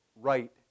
right